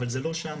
אבל זה לא שם.